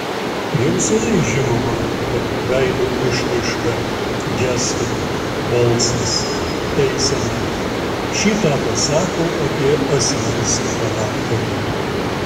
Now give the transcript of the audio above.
jau seniai žinoma kad veido išraiška gestai balsas eisena šį tą pasako apie asmens charakterį